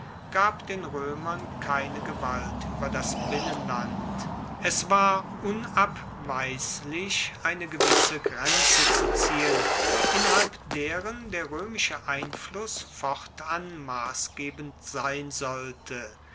gab den roemern keine gewalt ueber das binnenland es war unabweislich eine gewisse grenze zu ziehen innerhalb deren der roemische einfluss fortan massgebend sein sollte